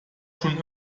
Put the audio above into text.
schon